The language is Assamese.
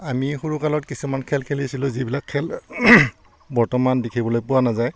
আমি সৰুকালত কিছুমান খেল খেলিছিলোঁ যিবিলাক খেল বৰ্তমান দেখিবলৈ পোৱা নাযায়